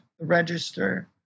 register